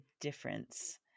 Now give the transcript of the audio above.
difference